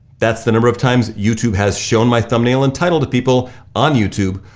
that's the number of times youtube has shown my thumbnail and title to people on youtube,